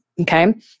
Okay